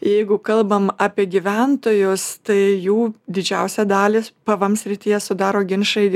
jeigu kalbam apie gyventojus tai jų didžiausią dalis pvm srityje sudaro ginčai